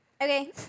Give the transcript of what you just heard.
Okay